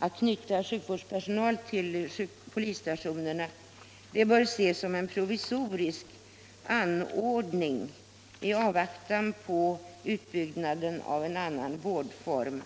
Att knyta sjukvårdspersonal till polisstationerna bör enligt vår mening ses som en provisorisk anordning i avvaktan på utbyggnaden av en annan vårdform,